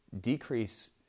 decrease